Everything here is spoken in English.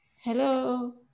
Hello